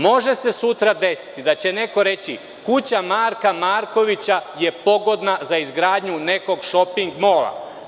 Može se sutra desiti da kuća Marka Markovića je pogodna za izgradnju nekog šoping mola.